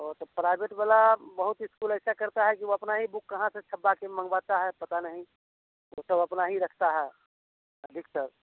वह तो प्राइवेट वाला बहुत स्कूल ऐसा करता है कि वह अपना ही बुक कहाँ से छपवा कर मगवाता है पता नहीं वह सब अपना ही रखता है सर